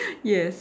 yes